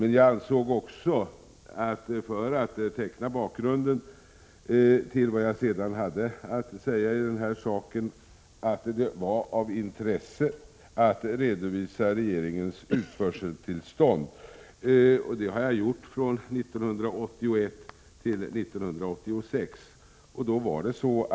Men för att teckna bakgrunden till vad jag sedan hade att säga i den här saken ansåg jag att det var av intresse att också redovisa regeringens utförseltillstånd. Det har jag gjort från 1981 till 1986.